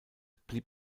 blieb